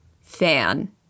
fan